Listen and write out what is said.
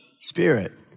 Spirit